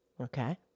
Okay